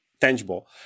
tangible